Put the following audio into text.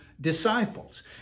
disciples